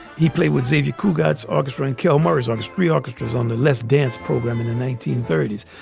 he play with xavier coogan's orchestra and kilmer's orchestra orchestras on the less dance program in the nineteen thirty s.